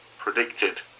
predicted